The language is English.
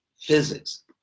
physics